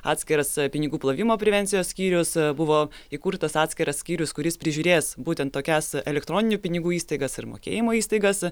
atskiras pinigų plovimo prevencijos skyrius buvo įkurtas atskiras skyrius kuris prižiūrės būtent tokias elektroninių pinigų įstaigas ir mokėjimo įstaigas